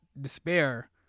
despair